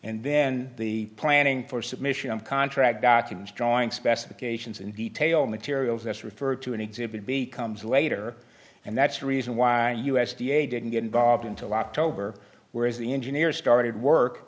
and then the planning for submission of contract documents drawing specifications and detail materials that's referred to an exhibit b comes later and that's the reason why u s d a didn't get involved until october whereas the engineers started work